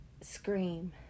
scream